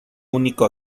único